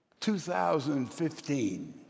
2015